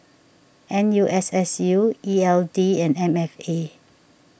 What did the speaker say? N U S S U E L D and M F A